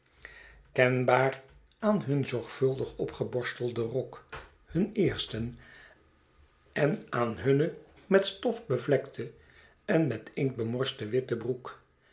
kenbaar aan hun zorgvuldig opgeborstelden rok hun eersten en aan hunne met stof bevlekte en met inkt bemorste witte bro'ek